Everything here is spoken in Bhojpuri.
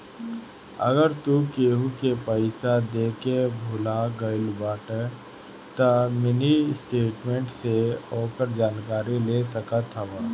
अगर तू केहू के पईसा देके भूला गईल बाड़ऽ तअ मिनी स्टेटमेंट से ओकर जानकारी ले सकत हवअ